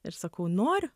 ir sakau noriu